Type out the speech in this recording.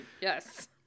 Yes